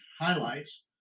highlights